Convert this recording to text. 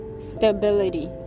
stability